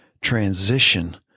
transition